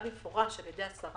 זה נושא שהועלה במפורש על ידי השרה,